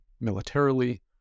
militarily